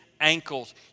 ankles